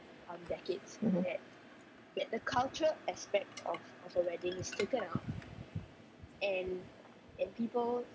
mmhmm